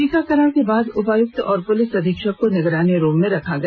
टीकाकरण के बाद उपायुक्त और पुलिस अधीक्षक को निगरानी रूम में रखा गया